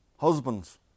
Husbands